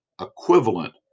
equivalent